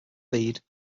bead